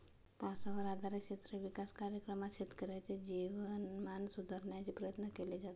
पावसावर आधारित क्षेत्र विकास कार्यक्रमात शेतकऱ्यांचे जीवनमान सुधारण्याचे प्रयत्न केले जातात